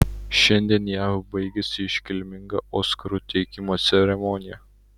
šiandien jav baigėsi iškilminga oskarų teikimo ceremonija